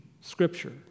scripture